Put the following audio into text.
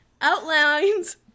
outlines